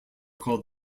called